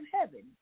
heaven